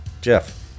Jeff